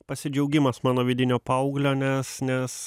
pasidžiaugimas mano vidinio paauglio nes nes